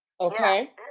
Okay